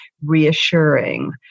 reassuring